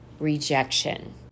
rejection